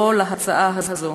לא להצעה זו,